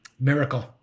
Miracle